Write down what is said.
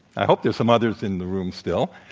i hope there's some others in the room still.